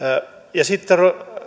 ja sitten